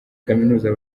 kaminuza